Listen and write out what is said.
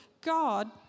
God